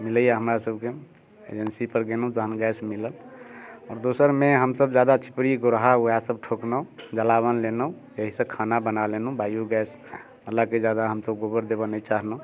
मिलैए हमरासभके एजेंसीपर गेलहुँ तखन गैस मिलल आओर दोसरमे हमसभ ज्यादा चिपड़ी गोरहा उएहसभ ठोकलहुँ जलावन लेलहुँ एहिसँ खाना बना लेलहुँ बायो गैसवलाके ज्यादा हमसभ गोबर देबय नहि चाहलहुँ